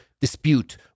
dispute